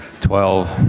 twelve.